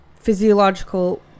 physiological